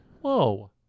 Whoa